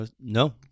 No